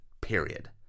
period